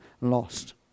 lost